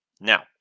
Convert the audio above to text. Now